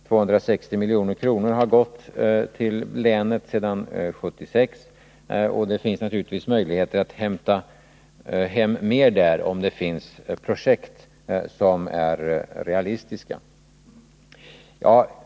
260 milj.kr. har gått till länet sedan 1976, och det finns naturligtvis tillfälle att hämta hem mer där, om det finns projekt som är realistiska.